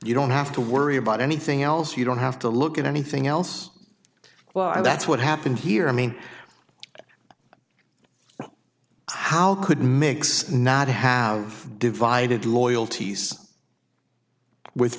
you don't have to worry about anything else you don't have to look at anything else well that's what happened here i mean how could mix not have divided loyalties with